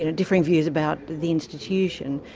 and different views about the institution,